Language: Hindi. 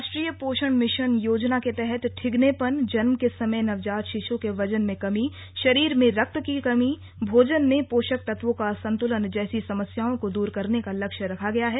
राष्ट्रीय पोषण मिशन योजना के तहत ठिगनेपन जन्म के समय नवजात शिशु के वजन में कमी शरीर में रक्त की कमी भोजन में पोषक तत्वों का असंतुलन जैसी समस्याओं को दूर करने का लक्ष्य रखा गया है